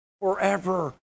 forever